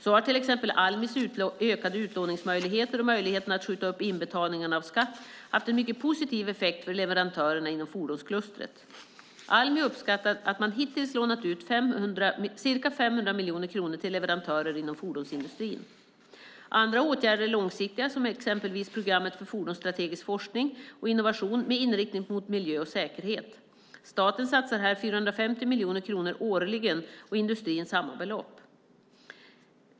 Så har till exempel Almis ökade utlåningsmöjligheter och möjligheten att skjuta upp inbetalningarna av skatt haft en mycket positiv effekt för leverantörerna inom fordonsklustret. Almi uppskattar att man hittills lånat ut ca 500 miljoner kronor till leverantörer inom fordonsindustrin. Andra åtgärder är långsiktiga, exempelvis programmet för fordonsstrategisk forskning och innovation med inriktning mot miljö och säkerhet. Staten satsar här 450 miljoner kronor årligen och industrin satsar samma belopp.